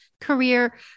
career